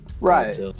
Right